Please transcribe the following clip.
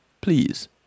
please